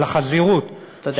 על החזירות, תודה.